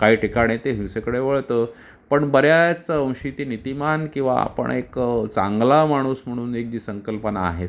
काही ठिकाणी ते हिंसेकडे वळतं पण बऱ्याच अंशी ती नीतिमान किंवा आपण एक चांगला माणूस म्हणून एक जी संकल्पना आहे समाजात